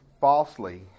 falsely